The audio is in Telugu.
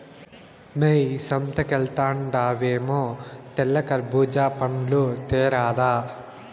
మ్మే సంతకెల్తండావేమో తెల్ల కర్బూజా పండ్లు తేరాదా